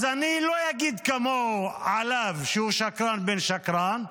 אז אני לא אגיד עליו כמוהו, שהוא שקרן בן שקרן,